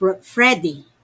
Freddie